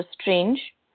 strange